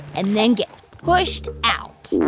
and then gets pushed out